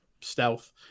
stealth